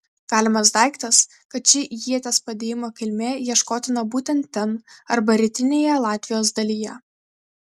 galimas daiktas kad ši ieties padėjimo kilmė ieškotina būtent ten arba rytinėje latvijos dalyje